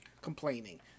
complaining